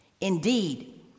Indeed